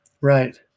Right